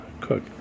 cook